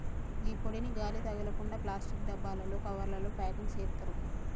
గీ పొడిని గాలి తగలకుండ ప్లాస్టిక్ డబ్బాలలో, కవర్లల ప్యాకింగ్ సేత్తారు